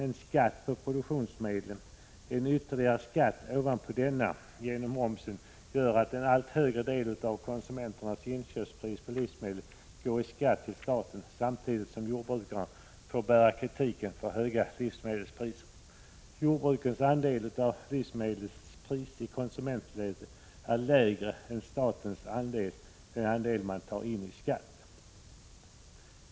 En skatt på produktionsmedlen, tillsammans med en ytterligare skatt ovanpå denna, nämligen momsen, gör att en allt högre del av konsumentens inköpspris på livsmedel går i skatt till staten samtidigt som jordbrukaren får bära kritiken för höga livsmedelspriser. Jordbrukarens andel av livsmedlets pris i konsumentledet är lägre än statens andel, alltså den andel staten tar genom skatt.